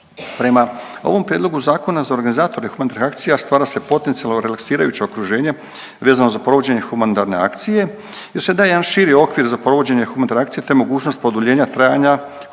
Prema ovom prijedlogu zakona za organizatore humanitarnih akcija stvara se potencijalno relaksirajuće okruženje vezano za provođenje humanitarne akcije gdje se daje jedan širi okvir za provođenje humanitarne akcije, te mogućnost produljenja trajanja